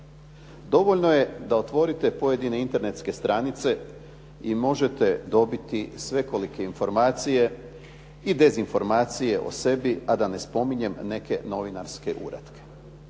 Dovoljno je da otvorite pojedine internetske stranice i možete dobiti svekolike informacije i dezinformacije o sebi, a da ne spominjem neke novinarske uratke.